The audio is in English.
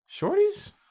Shorties